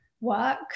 work